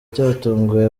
cyatunguye